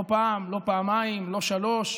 לא פעם, לא פעמיים, לא שלוש,